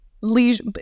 leisure